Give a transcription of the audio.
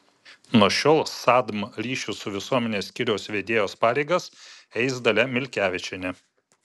nuo šiol sadm ryšių su visuomene skyriaus vedėjos pareigas eis dalia milkevičienė